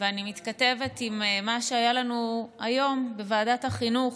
ואני מתכתבת עם מה שהיה לנו היום בוועדת החינוך,